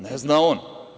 Ne zna on.